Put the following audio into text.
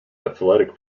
athletic